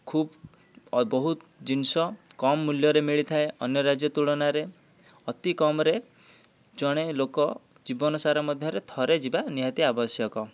ଖୁବ୍ ବହୁତ ଜିନିଷ କମ୍ ମୂଲ୍ୟରେ ମିଳିଥାଏ ଅନ୍ୟ ରାଜ୍ୟ ତୁଳନାରେ ଅତିକମ୍ ରେ ଜଣେ ଲୋକ ଜୀବନ ସାରା ମଧ୍ୟରେ ଥରେ ଯିବା ନିହାତି ଆବଶ୍ୟକ